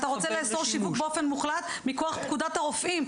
אתה רוצה לאסור שיווק באופן מוחלט מכוח פקודת הרופאים.